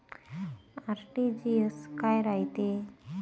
RTGS काय रायते?